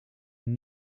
een